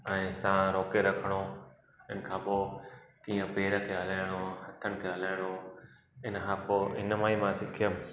ऐं साहु रोके रखिणो इन खां पोइ कीअं पेरु खे हलाइणो हथनि खे हलाइणो इन खां पो इन मां ई मां सिखियुमि